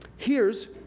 here's,